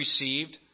received